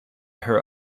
her